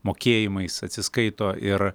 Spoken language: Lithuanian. mokėjimais atsiskaito ir